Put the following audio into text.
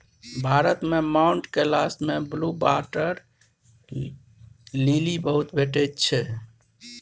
भारत मे माउंट कैलाश मे blue water lily बहुत भेटै छै